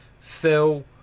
Phil